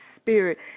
Spirit